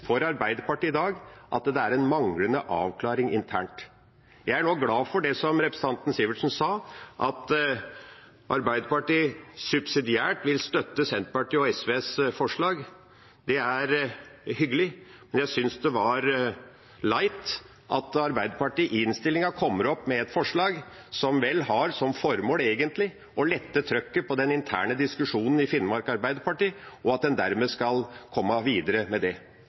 for Arbeiderpartiet i dag, at det er en manglende avklaring internt. Jeg er glad for det som representanten Sivertsen nå sa, at Arbeiderpartiet subsidiert vil støtte Senterpartiet og SVs forslag. Det er hyggelig, men jeg synes det var leit at Arbeiderpartiet i innstillinga kommer opp med et forslag som vel egentlig har som formål å lette trykket på den interne diskusjonen i Finnmark Arbeiderparti, og at en dermed skal komme videre med det.